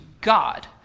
God